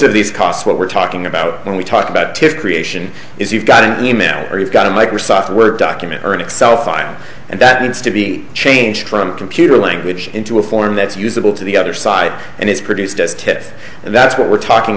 of these costs what we're talking about when we talk about to creation is you've got an e mail or you've got a microsoft word document or an excel file and that needs to be changed from computer language into a form that's usable to the other side and it's produced just hit and that's what we're talking